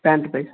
pant size